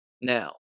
Now